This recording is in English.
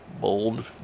Bold